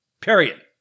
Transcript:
period